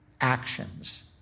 Actions